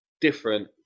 different